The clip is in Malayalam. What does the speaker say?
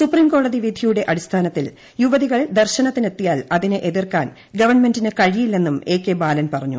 സുപ്രീംകോടതി വിധിയുടെ അടിസ്ഥാനത്തിൽ യുവതികൾ ദർശനത്തിന് എത്തിയാൽ അതിനെ എതിർക്കാൻ ഗവൺമെന്റിന് കഴിയില്ലെന്നും എ കെ ബാലൻ പറഞ്ഞു